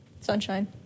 Sunshine